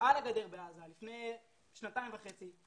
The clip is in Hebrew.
על הגדר בעזה לפני שנתיים וחצי.